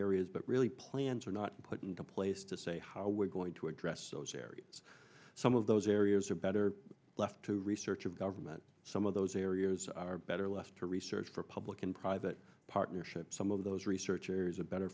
areas but really plans are not put into place to say how we're going to address those areas some of those areas are better left to research of government some of those areas are better left to research for public and private partnerships some of those researchers are better